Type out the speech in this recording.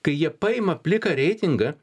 kai jie paima pliką reitingą